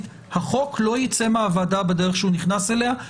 החוק לא יצא מהוועדה בדרך שהוא נכנס אליה.